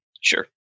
Sure